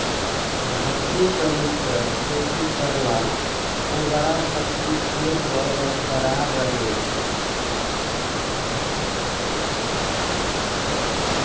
ढकी करी के खेती करला उर्वरा शक्ति खेत रो बरकरार रहे छै